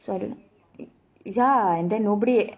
so I don't ya and then nobody